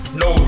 no